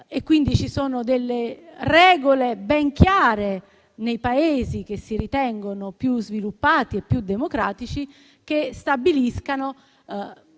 E, quindi, ci sono delle regole ben chiare, nei Paesi che si ritengono più sviluppati e più democratici, che stabiliscono